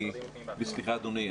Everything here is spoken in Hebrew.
סליחה אדוני,